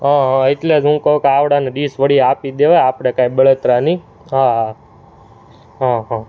હા હા એટલે જ હું કહું કે આવડાને ડીશવાળી આપી દેવાય આપણે કાંઈ બળતરા નહીં હા હા હા હા